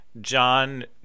John